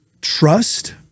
trust